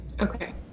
okay